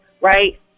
right